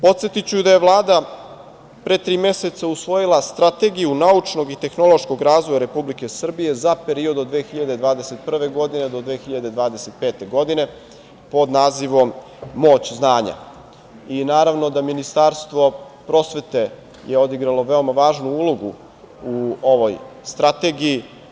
Podsetiću da je Vlada pre tri meseca usvojila Strategiju naučnog i tehnološkog razvoja Republike Srbije za period od 2021. do 2025. godine pod nazivom „Moć znanja“ i naravno da je Ministarstvo prosvete odigralo veoma važnu ulogu u ovoj strategiji.